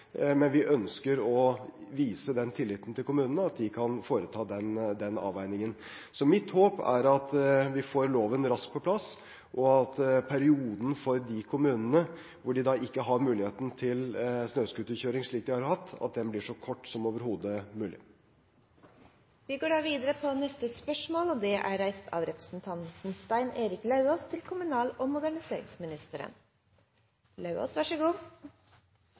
men vi ønsker å vise kommunene den tillit at de kan foreta den avveiningen. Mitt håp er at vi får loven raskt på plass, og at perioden som kommunene ikke har mulighet til snøscooterkjøring slik de har hatt, blir så kort som overhodet mulig. Dette spørsmålet er trukket tilbake. «I anledning av presentasjonen av regjeringens nordområdemelding har det kommet fram at det samiske nesten er